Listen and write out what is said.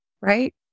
right